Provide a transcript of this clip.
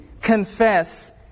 confess